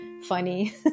funny